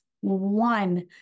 one